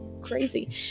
crazy